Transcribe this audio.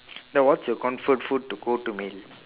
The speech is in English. then what's your comfort food to go to meal